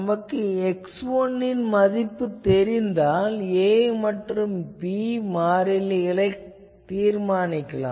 நமக்கு x1 ன் மதிப்பு தெரிந்தால் a b மாறிலிகளை தீர்மானிக்கலாம்